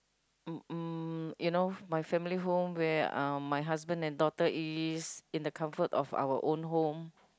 mm mm you know my family home where uh my husband and daughter is in the comfort of our own home